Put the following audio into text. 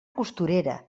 costurera